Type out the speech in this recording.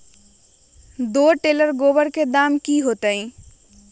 दो टेलर गोबर के दाम का होई?